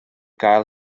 gael